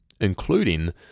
including